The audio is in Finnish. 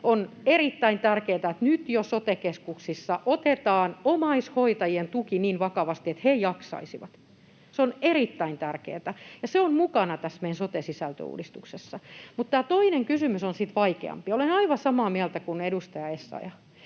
On erittäin tärkeätä, että jo nyt sote-keskuksissa otetaan omaishoitajien tuki niin vakavasti, että he jaksaisivat. Se on erittäin tärkeätä, ja se on mukana tässä meidän sote-sisältöuudistuksessa. Mutta tämä toinen kysymys on sitten vaikeampi: Olen aivan samaa mieltä kuin edustaja Essayah,